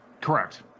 Correct